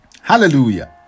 Hallelujah